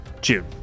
June